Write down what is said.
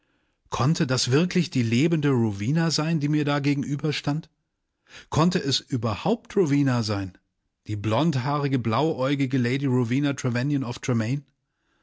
konnte das wirklich die lebende rowena sein die mir da gegenüberstand konnte es überhaupt rowena sein die blondhaarige blauäugige lady rowena trevanion of tremaine